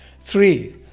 Three